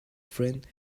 friend